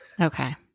Okay